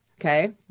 okay